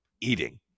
eating